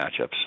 matchups